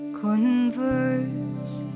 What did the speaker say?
converse